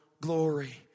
glory